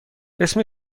اسم